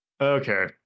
Okay